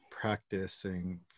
practicing